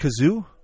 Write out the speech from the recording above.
kazoo